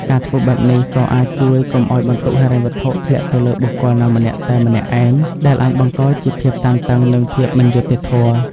ការធ្វើបែបនេះ ក៏អាចជួយកុំឱ្យបន្ទុកហិរញ្ញវត្ថុធ្លាក់ទៅលើបុគ្គលណាម្នាក់តែម្នាក់ឯង ដែលអាចបង្កជាភាពតានតឹង និងភាពមិនយុត្តិធម៌។